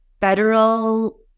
Federal